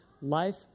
life